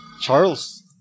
Charles